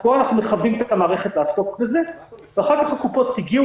פה אנחנו מכוונים את המערכת לעסוק בזה ואחר כך קופות החולים הגיעו